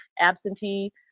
absentee